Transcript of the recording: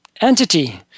entity